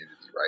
right